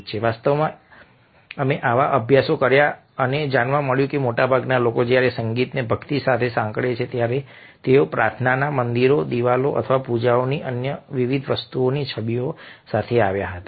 વાસ્તવમાં અમે આવા અભ્યાસો કર્યા અને જાણવા મળ્યું કે મોટાભાગના લોકો જ્યારે સંગીતને ભક્તિ સાથે સાંકળે છે ત્યારે તેઓ પ્રાર્થનાના મંદિરો દીવાઓ અથવા પૂજાની અને અન્ય વિવિધ વસ્તુઓની છબીઓ સાથે આવ્યા હતા